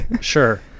Sure